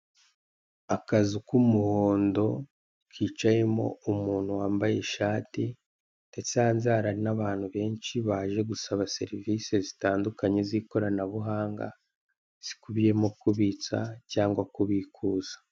Akazu k'umuhondo kicayemo umuntu wambaye ishati ndetse hanze hari n'abantu benshi baje gusaba serivise zitandukanye z'ikoranabuhanga zikubiyemo kubitsa cyangwa kubikuza.